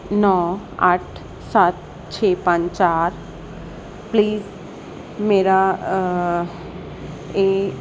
ਨੌਂ ਅੱਠ ਸੱਤ ਛੇ ਪੰਜ ਚਾਰ ਪਲੀਸ ਮੇਰਾ ਇਹ